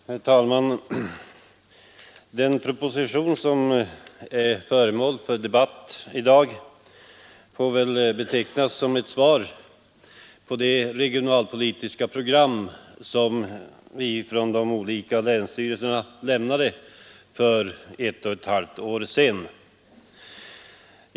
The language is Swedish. Herr talman! Den proposition som nu är föremål för debatt får väl betecknas som ett svar på de regionalpolitiska program som vi från de olika länsstyrelserna lämnade för ett och ett halvt år sedan.